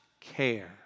care